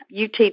UT